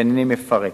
והנני מפרט.